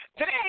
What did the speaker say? Today